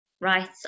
rights